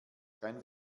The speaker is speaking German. kein